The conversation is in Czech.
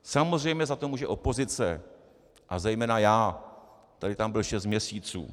Samozřejmě za to může opozice a zejména já, který tam byl šest měsíců.